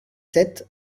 sept